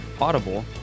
audible